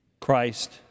Christ